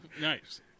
nice